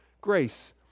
grace